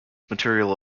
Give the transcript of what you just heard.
material